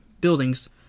buildings